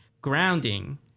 grounding